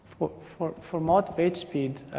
for for mod pagespeed,